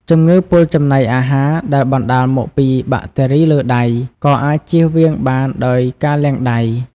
ជំងឺពុលចំណីអាហារ ដែលបណ្តាលមកពីបាក់តេរីលើដៃ ក៏អាចចៀសវាងបានដោយការលាងដៃ។